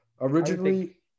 Originally